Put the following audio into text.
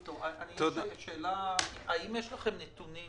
האם יש נתונים